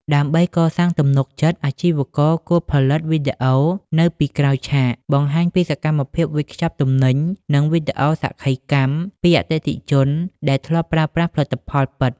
ដើម្បីកសាងទំនុកចិត្ត អាជីវករគួរផលិត វីដេអូនៅពីក្រោយឆាក បង្ហាញពីសកម្មភាពវេចខ្ចប់ទំនិញ និង វីដេអូសក្ខីកម្ម ពីអតិថិជនដែលធ្លាប់ប្រើប្រាស់ផលិតផលពិត។